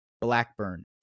Blackburn